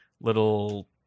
little